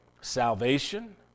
Salvation